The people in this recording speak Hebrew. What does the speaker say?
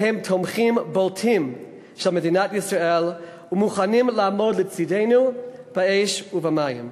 והם תומכים בולטים של מדינת ישראל ומוכנים לעמוד לצדנו באש ובמים.